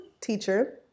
teacher